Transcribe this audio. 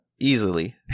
Easily